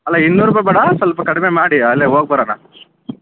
ಅಲ್ಲ ಇನ್ನೂರು ರೂಪಾಯಿ ಬೇಡ ಸ್ವಲ್ಪ ಕಡಿಮೆ ಮಾಡಿ ಅಲ್ಲೇ ಹೋಗಿ ಬರೋಣ